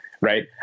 right